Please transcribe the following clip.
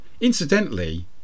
Incidentally